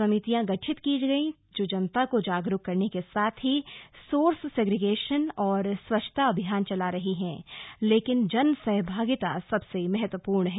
समितियां गठित की गई हैं जो जनता को जागरूक करने के साथ ही सोर्स सेग्रिगेशन और स्वच्छता अभियान चला रही हैं लेकिन जन सहभागिता सबसे महत्वपूर्ण है